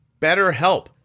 BetterHelp